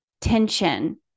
tension